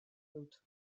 dut